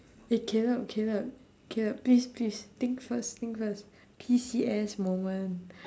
eh caleb caleb caleb please please think first think first P_C_S moment